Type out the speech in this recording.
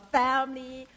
family